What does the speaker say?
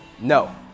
no